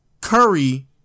Curry